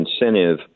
incentive